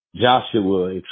Joshua